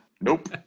nope